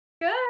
Good